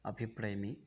अभिप्रैमि